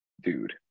dude